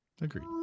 Agreed